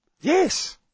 Yes